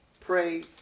pray